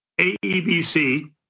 AEBC